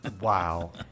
Wow